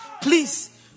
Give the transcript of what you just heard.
Please